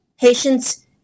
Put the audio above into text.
patients